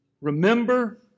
Remember